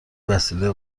وسیله